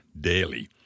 daily